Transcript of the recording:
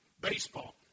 baseball